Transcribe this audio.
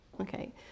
Okay